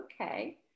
okay